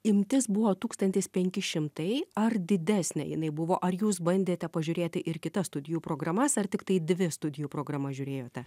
imtis buvo tūkstantis penki šimtai ar didesnė jinai buvo ar jūs bandėte pažiūrėti ir kitas studijų programas ar tiktai dvi studijų programas žiūrėjote